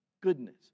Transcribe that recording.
Goodness